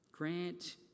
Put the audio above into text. Grant